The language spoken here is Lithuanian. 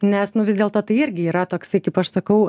nes nu vis dėlto tai irgi yra toksai kaip aš sakau